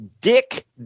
Dick